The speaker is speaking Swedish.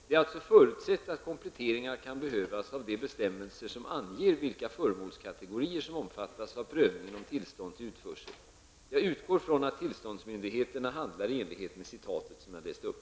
Det är alltså förutsett att kompletteringar kan behövas av de bestämmelser som anger vilka föremålskategorier som omfattas av prövningen om tillstånd till utförsel. Jag utgår från att tillståndsmyndigheterna handlar i enlighet med citatet jag läste upp.